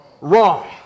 wrong